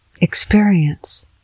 experience